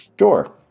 Sure